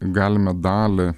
galime dalį